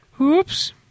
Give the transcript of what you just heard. Oops